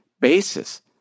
basis